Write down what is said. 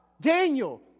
Daniel